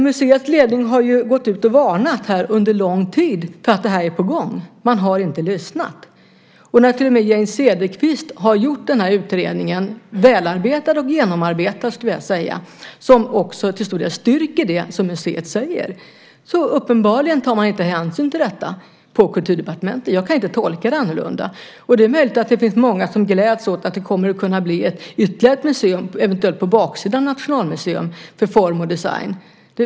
Museets ledning har ju under lång tid gått ut och varnat för att det här är på gång. Man har inte lyssnat. Och Jane Cederqvist har gjort den här utredningen - den är välarbetad och genomarbetad, skulle jag vilja säga - som också till stor del styrker det som museet säger. Uppenbarligen tar man inte hänsyn till detta på Kulturdepartementet. Jag kan inte tolka det annorlunda. Det är möjligt att det finns många som gläds åt att det kommer att kunna bli ytterligare ett museum, eventuellt på baksidan av Nationalmuseum, för form och design.